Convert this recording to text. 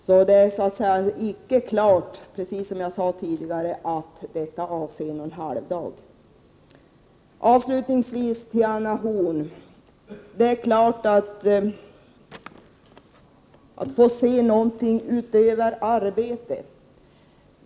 Som jag sade förut, är det inte klart att det är fråga om någon halvdagssyssla. Avslutningsvis några ord till Anna Horn om detta att få se någonting utöver arbetet.